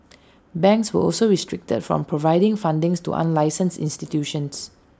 banks were also restricted from providing funding to unlicensed institutions